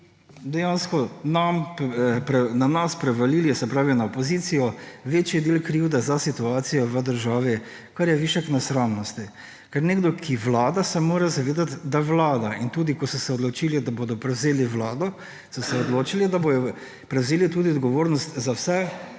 dejansko na nas prevalili – se pravi na opozicijo – večji del krivde za situacijo v državi, kar je višek nesramnosti. Ker nekdo, ki vlada, se mora zavedati, da vlada. In tudi ko so se odločili, da bodo prevzeli vlado, so se odločili, da bodo prevzeli tudi odgovornost za vse